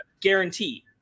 Guarantee